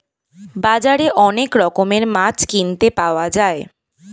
বাজারে অনেক রকমের মাছ কিনতে পাওয়া যায়